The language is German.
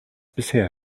bisher